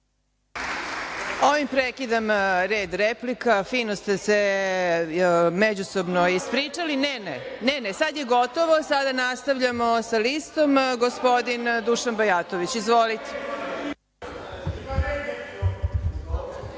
Ovim prekidam red replika. Fino ste se međusobno ispričali. Sada je gotovo. Sada nastavljamo sa listom. Reč ima gospodin Dušan Bajatović. Izvolite.